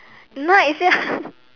night sia